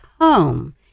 home